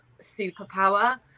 superpower